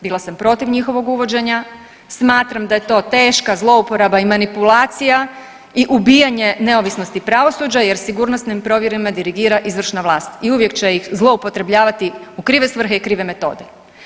Bila sam protiv njihovog uvođenja, smatram da je to teška zlouporaba i manipulacija i ubijanje neovisnosti pravosuđa jer sigurnosnim provjerama dirigira izvršna vlast i uvijek će ih zloupotrebljavati u krive svrhe i krive metode.